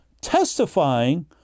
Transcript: testifying